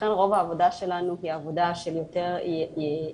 לכן רוב העבודה שלנו היא עבודה שהיא יותר יוזמת,